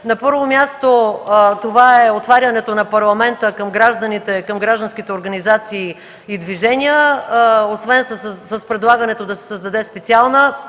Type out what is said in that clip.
На първо място, това е отварянето на Парламента към гражданите, към гражданските организации и движения, освен с предлагането да се създаде специална